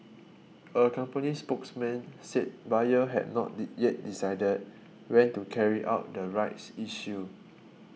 a company spokesman said Bayer had not yet decided when to carry out the rights issue